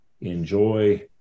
enjoy